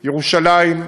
ירושלים,